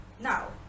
Now